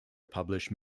published